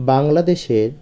বাংলাদেশের